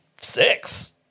Six